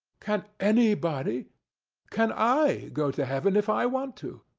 can anybody can i go to heaven if i want to?